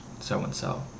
so-and-so